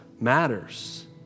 matters